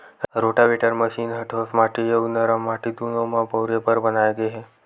rotavator machine ह ठोस माटी अउ नरम माटी दूनो म बउरे बर बनाए गे हे